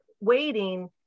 waiting